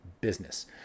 business